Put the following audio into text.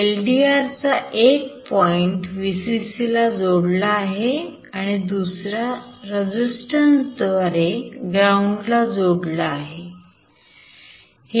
LDR चा एक point Vcc ला जोडला आहे आणि दुसरा resistance द्वारे ground ला जोडला आहे